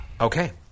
Okay